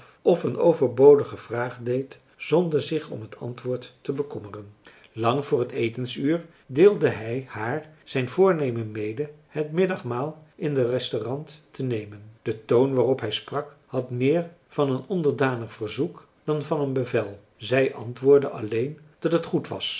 of een overbodige vraag deed zonder zich om het antwoord te bekommeren lang voor het etensuur deelde hij haar zijn voornemen mede het middagmaal in den restaurant te nemen de toon waarop hij sprak had meer van een onderdanig verzoek dan van een bevel zij antwoordde alleen dat het goed was